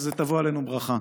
אז תבוא עלינו ברכה.